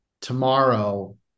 tomorrow